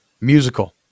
musical